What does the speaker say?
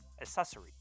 accessory